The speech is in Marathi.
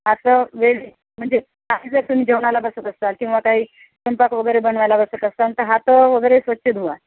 असं वेळी म्हणजे असं जर तुम्ही जेवणाला बसत असाल किंवा काही स्वैपाक वगैरे बनवायला बसत असाल तर हात वगैरे स्वच्छ धुवा